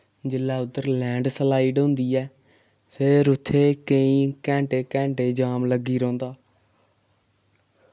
जेल्लै उद्धर लैंडस्लाइड होंदी ऐ फिर उत्थै केईं घैंटे घैंटे जाम लग्गी रौंह्दा